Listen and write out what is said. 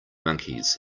monkeys